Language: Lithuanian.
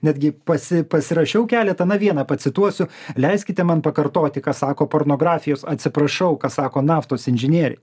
netgi pasi pasirašiau keletą na vieną pacituosiu leiskite man pakartoti ką sako pornografijos atsiprašau ką sako naftos inžinieriai